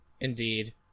Indeed